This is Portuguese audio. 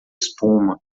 espuma